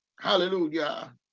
hallelujah